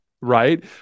right